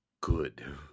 Good